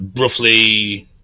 roughly